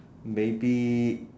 maybe